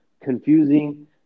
confusing